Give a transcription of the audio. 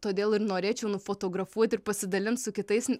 todėl ir norėčiau nufotografuot ir pasidalint su kitais